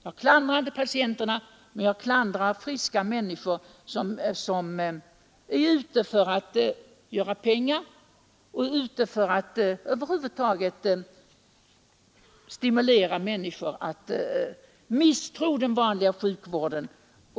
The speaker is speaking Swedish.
Jag klandrar inte patienterna, men jag klandrar de friska människor som här är ute för att tjäna pengar och för att stimulera de sjuka att misstro den vanliga sjukvården.